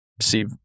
see